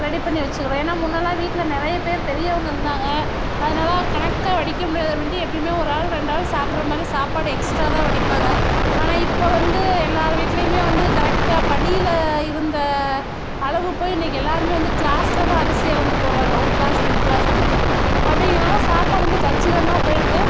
ready பண்ணி வெச்சுக்கிறோம் ஏன்னா முன்னலாம் வீட்டில் நிறைய பேர் பெரியவங்க இருந்தாங்க அதனால் கணக்காக வடிக்க முடியாது அப்படின்ட்டு எப்பயுமே ஒரு ஆள் ரெண்டு ஆள் சாப்புடுற மாதிரி சாப்பாடு எக்ஸ்ட்ரா தான் வடிப்பாங்க ஆனால் இப்போ வந்து எல்லார் வீட்லேயுமே வந்து கரெக்டாக படியில் இருந்த அளவு போய் இன்னைக்கி எல்லோருமே வந்து கிளாஸில் தான் அரிசி அளந்து போடுறாங்க ஒரு கிளாஸ் ரெண்டு கிளாஸ் அப்படின்னு அப்படிங்கிறனால சாப்பாடு வந்து கச்சிதமாக போய்டுது